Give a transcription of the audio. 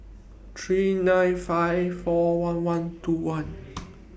three nine five four one one two one